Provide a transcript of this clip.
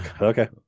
Okay